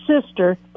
sister